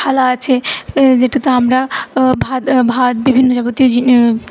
থালা আছে যেটাতে আমরা ভাত ভাত বিভিন্ন যাবতীয়